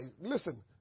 Listen